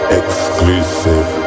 exclusive